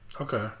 Okay